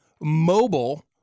mobile